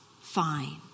fine